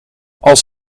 als